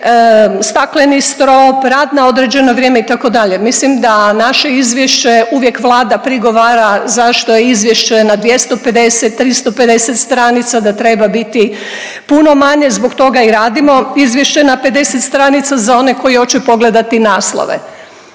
stakleni strop, rad na određeno vrijeme itd., mislim da naše izvješće uvijek Vlada prigovara zašto je izvješće na 250, 350 stranica da treba biti puno manje zbog toga i radimo izvješće na 50 stranica za one koji oće pogledati naslove.